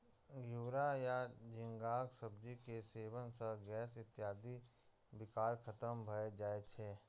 घिवरा या झींगाक सब्जी के सेवन सं गैस इत्यादिक विकार खत्म भए जाए छै